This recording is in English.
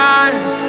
eyes